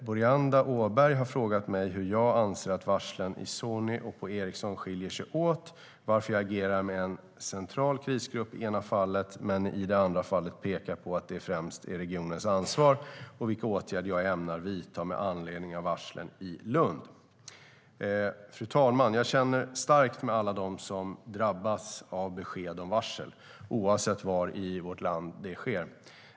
Boriana Åberg har frågat mig hur jag anser att varslen på Sony och på Ericsson skiljer sig åt, varför jag agerar med en central krisgrupp i ena fallet, men i det andra fallet pekar på att det främst är regionens ansvar och vilka åtgärder jag ämnar vidta med anledning av varslen i Lund. Fru talman! Jag känner starkt med alla de som drabbas av besked om varsel, oavsett var i vårt land detta sker.